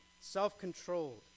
self-controlled